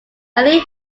early